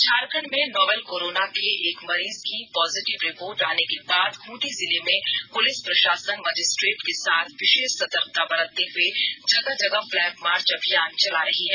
झारखण्ड में novel corona के एक मरीज की पॉजिटिव रिपोर्ट आने के बाद खूंटी जिले में पुलिस प्रशासन मजिस्ट्रेट के साथ विशेष सतर्कता बरतते हुए जगह जगह फ्लैगमार्च अभियान चला रहे हैं